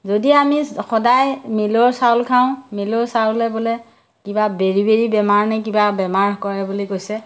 যদি আমি সদায় মিলৰ চাউল খাওঁ মিলৰ চাউলে বোলে কিবা বেৰি বেৰি বেমাৰ নে কিবা বেমাৰ কৰে বুলি কৈছে